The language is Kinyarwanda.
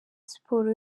siporo